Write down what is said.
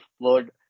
word